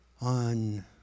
On